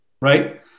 Right